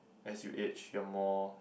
as you age you are more